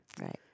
Right